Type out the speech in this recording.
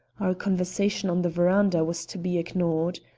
our conversation on the veranda was to be ignored.